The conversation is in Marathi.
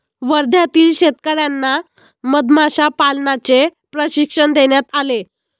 वर्ध्यातील शेतकर्यांना मधमाशा पालनाचे प्रशिक्षण देण्यात आले